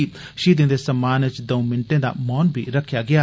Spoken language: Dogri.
षहीदें दे सम्मान च दौंऊ मिनटें दा मौन बी रखेआ गेआ